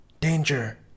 Danger